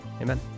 amen